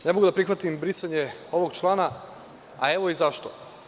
Ne mogu da prihvatim brisanje ovog člana, a evo i zašto.